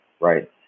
right